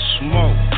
smoke